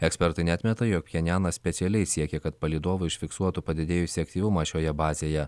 ekspertai neatmeta jog pchenjanas specialiai siekia kad palydovai užfiksuotų padidėjusį aktyvumą šioje bazėje